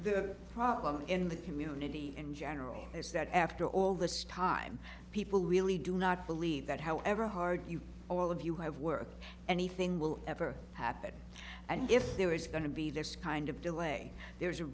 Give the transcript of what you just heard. the problem in the community in general is that after all this time people really do not believe that however hard you all of you have worked anything will ever happen and if there is going to be this kind of delay there